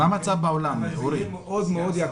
מה המצב בעולם, אורי?